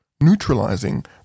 neutralizing